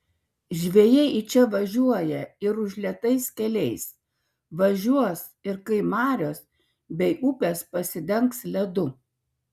žvejai į čia važiuoja ir užlietais keliais važiuos ir kai marios bei upės pasidengs ledu